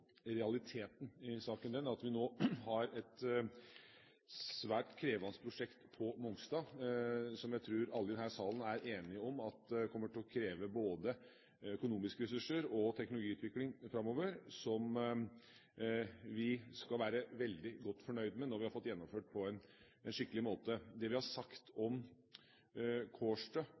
Realiteten i saken er jo at vi har et svært krevende prosjekt på Mongstad, som jeg tror alle i denne salen er enige om kommer til å kreve både økonomiske ressurser og teknologiutvikling framover, som vi skal være veldig godt fornøyd med når vi har fått gjennomført det på en skikkelig måte. Det regjeringa har sagt om Kårstø